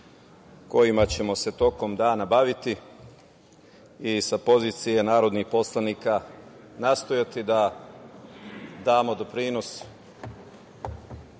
kojima ćemo se tokom dana baviti i sa pozicije narodnih poslanika nastojati da damo doprinos